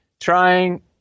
Trying